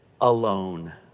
alone